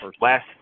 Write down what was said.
last